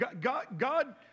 God